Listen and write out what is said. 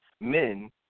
men